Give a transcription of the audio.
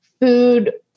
food